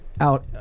out